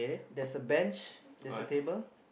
there's a bench there's a table